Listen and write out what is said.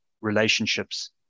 relationships